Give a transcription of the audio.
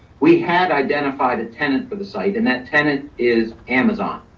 we had identified a tenant for the site and that tenant is amazon.